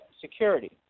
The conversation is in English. security